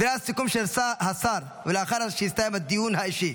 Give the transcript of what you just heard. דברי הסיכום של השר ולאחר שהסתיים הדיון האישי.